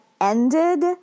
ended